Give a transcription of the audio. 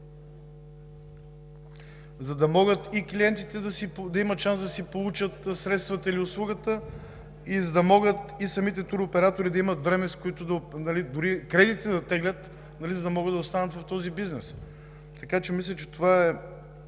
за да могат и клиентите да имат шанс да си получат средствата или услугата и за да могат и самите туроператори да имат време дори кредити да теглят, за да могат да останат в този бизнес. Така че мисля, че това е.